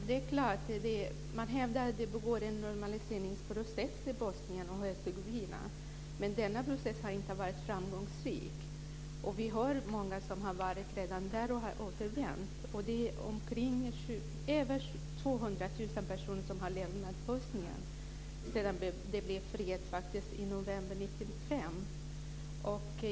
Fru talman! Man hävdar att det pågår en normaliseringsprocess i Bosnien och Hercegovina. Men denna process har inte varit framgångsrik. Många har redan varit där och återvänt. Det är över 200 000 personer som har lämnat Bosnien sedan det blev fritt i november 1995.